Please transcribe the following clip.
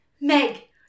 Meg